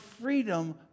freedom